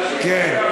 כן.